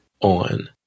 on